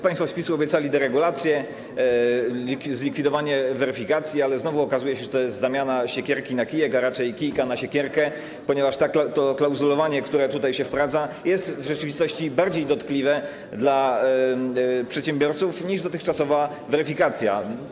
Państwo z PiS-u obiecali deregulację, zlikwidowanie weryfikacji, ale znowu okazuje się, że to jest zamiana siekierki na kijek, a raczej kijka na siekierkę, ponieważ to klauzulowanie, które się tutaj wprowadza, jest w rzeczywistości bardziej dotkliwe dla przedsiębiorców niż dotychczasowa weryfikacja.